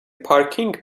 پارکینگ